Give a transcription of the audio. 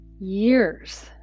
years